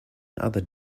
other